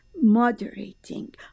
moderating